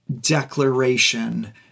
declaration